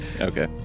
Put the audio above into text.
Okay